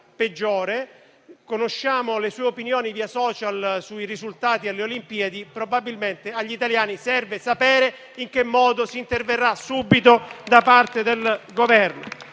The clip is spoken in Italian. però, via *social* le sue opinioni sui risultati alle Olimpiadi. Probabilmente, agli italiani serve sapere in che modo si interverrà subito da parte del Governo.